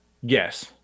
Yes